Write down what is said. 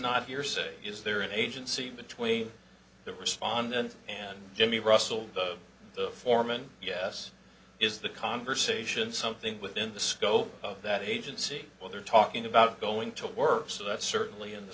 not hearsay is there an agency between the respondent and jimmy russell the foreman yes is the conversation something within the scope of that agency what they're talking about going to work so that's certainly in the